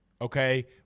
Okay